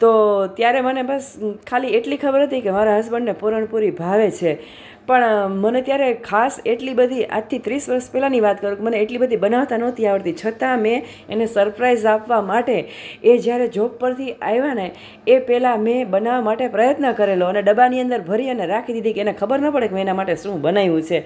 તો ત્યારે મને બસ ખાલી એટલી ખબર હતી કે મારા હસબન્ડને પૂરણપૂરી ભાવે છે પણ મને ત્યારે ખાસ એટલી બધી આજથી ત્રીસ વરસ પહેલાંની વાત કરું કે મને એટલી બધી બનાવતા નહોતી આવડતી છતાં મેં એને સરપ્રાઈઝ આપવા માટે એ જ્યારે જોબ પરથી આવ્યાને એ પેલા મેં બનાવા માટે પ્રયત્ન કરેલો અને ડબ્બાની અંદર ભરી અને રાખી દીધી કે એને ખબર ન પડે કે મેં એના માટે શું બનાવ્યું છે